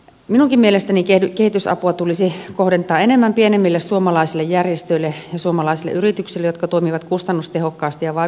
minunkin mielestäni kehitysapua tulisi kohdentaa enemmän pienemmille suomalaisille järjestöille ja suomalaisille yrityksille jotka toimivat kustannustehokkaasti ja vaikuttavat ruohonjuuritasolla